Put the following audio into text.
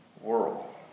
world